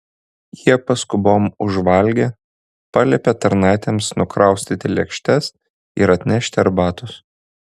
jie paskubom užvalgė paliepė tarnaitėms nukraustyti lėkštes ir atnešti arbatos